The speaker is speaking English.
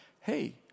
hey